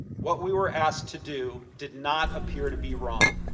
what we were asked to do did not appear to be wrong.